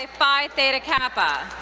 ah phi theta kappa.